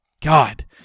God